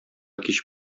кич